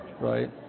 right